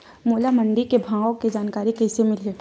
मोला मंडी के भाव के जानकारी कइसे मिलही?